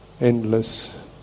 endless